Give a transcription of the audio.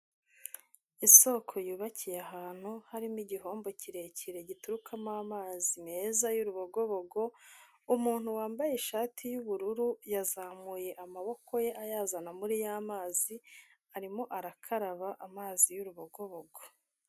Isoko yubakiye ahantu harimo igihombo kirekire giturukamo amazi meza y'urubogobogo, umuntu wambaye ishati y'ubururu yazamuye amaboko ye ayazana muri ya mazi arimo arakaraba amazi y'urubogobogo.